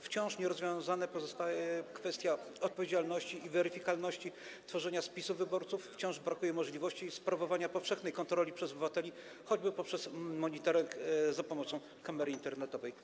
Wciąż nierozwiązana pozostaje kwestia odpowiedzialności i weryfikowalności w zakresie tworzenia spisu wyborców, wciąż brakuje możliwości sprawowania powszechnej kontroli przez obywateli, choćby poprzez monitoring za pomocą kamery internetowej.